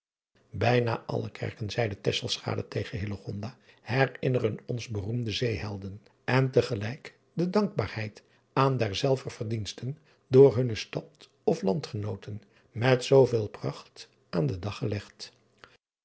ijna alle kerken zeide tegen herinneren ons beroemde zeehelden en te gelijk de dankbaar driaan oosjes zn et leven van illegonda uisman heid aan derzelver verdiensten door hunne tad of andgenooten met zooveel pracht aan den dag gelegd